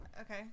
okay